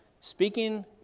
speaking